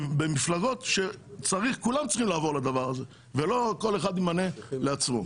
במפלגות כאשר כולן צריכות לעבור לדבר הזה ולא כל אחד ימנה לעצמו.